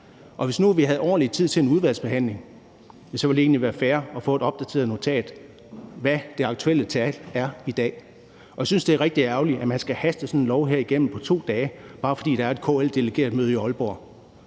hvis nu vi havde ordentlig tid til en udvalgsbehandling, så ville det egentlig være fair at få et opdateret notat om, hvad det aktuelle tal i dag er. Jeg synes, det er rigtig ærgerligt, at man skal haste sådan en lov her igennem på 2 dage, bare fordi der er KL's delegeretmøde i Aalborg.